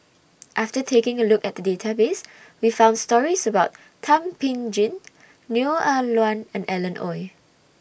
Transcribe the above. after taking A Look At The Database We found stories about Thum Ping Tjin Neo Ah Luan and Alan Oei